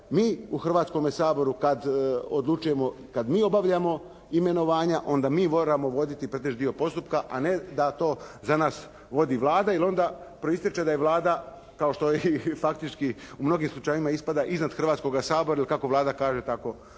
mi u Hrvatskome saboru kada odlučujemo kada mi obavljamo imenovanja onda mi moramo voditi pretežiti dio postupka, a ne da to za nas vodi Vlada jer onda proistječe da je Vlada, kao što i faktički u mnogim slučajevima ispada, iznad Hrvatskoga sabora, jer kako Vlada kaže tako